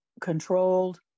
controlled